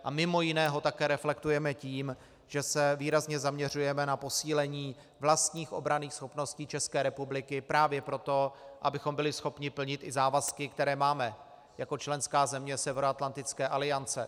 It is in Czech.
A mimo jiné ho také reflektujeme tím, že se výrazně zaměřujeme na posílení vlastních obranných schopností České republiky právě proto, abychom byli schopni plnit i závazky, které máme jako členská země Severoatlantické aliance.